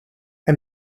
and